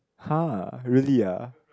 [huh] really ah